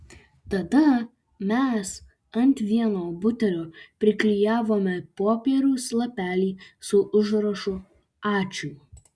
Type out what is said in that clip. tada mes ant vieno butelio priklijavome popieriaus lapelį su užrašu ačiū